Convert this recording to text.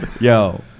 Yo